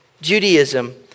Judaism